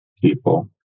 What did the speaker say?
people